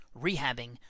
rehabbing